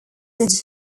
wood